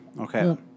Okay